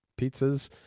Pizzas